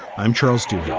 i'm charles to